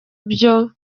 byo